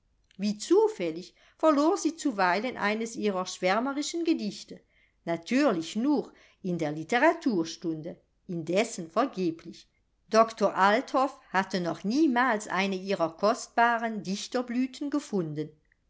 wie zufällig verlor sie zuweilen eines ihrer schwärmerischen gedichte natürlich nur in der litteraturstunde indessen vergeblich doktor althoff hatte noch niemals eine ihrer kostbaren dichterblüten gefunden